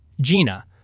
Gina